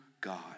God